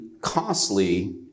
costly